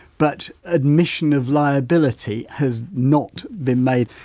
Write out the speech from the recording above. but admission of liability has not been made.